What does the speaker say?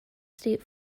state